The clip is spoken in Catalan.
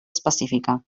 específica